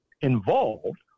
involved